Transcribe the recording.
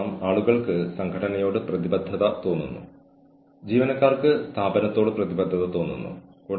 telecommuting എന്നത് വീട്ടിലിരുന്ന് ജോലി ചെയ്യുന്ന ആളുകളെയും അവരുടെ ഓഫീസ് ഒഴികെയുള്ള സ്ഥലങ്ങളിൽ നിന്ന് ജോലി ചെയ്യുന്നവരെയും സൂചിപ്പിക്കുന്നു